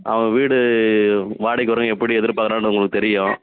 அவங்க வீடு வாடகைக்கு வர்றவங்க எப்படி எதிர்ப்பார்க்குறாங்கன்னு உங்களுக்கு தெரியும்